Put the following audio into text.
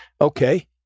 Okay